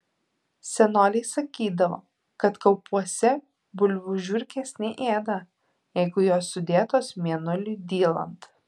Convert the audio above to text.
senoliai sakydavo kad kaupuose bulvių žiurkės neėda jeigu jos sudėtos mėnuliui dylant